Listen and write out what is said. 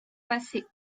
passer